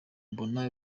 mbona